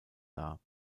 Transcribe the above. dar